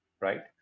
right